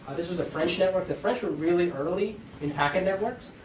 this was a french network. the french were really early in hacking networks.